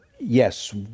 Yes